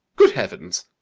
good heavens!